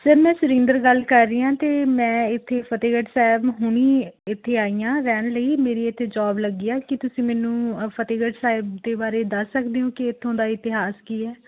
sir ਮੈਂ ਸੁਰਿੰਦਰ ਗੱਲ ਕਰ ਰਹੀ ਹਾਂ ਅਤੇ ਮੈਂ ਇੱਥੇ ਫਤਿਹਗੜ੍ਹ ਸਾਹਿਬ ਹੁਣੀ ਇੱਥੇ ਆਈ ਹਾਂ ਰਹਿਣ ਲਈ ਮੇਰੀ ਇੱਥੇ ਜੋਬ ਲੱਗੀ ਆ ਕੀ ਤੁਸੀਂ ਮੈਨੂੰ ਫਤਿਹਗੜ੍ਹ ਸਾਹਿਬ ਦੇ ਬਾਰੇ ਦੱਸ ਸਕਦੇ ਹੋ ਕਿ ਇੱਥੋਂ ਦਾ ਇਤਿਹਾਸ ਕੀ ਹੈ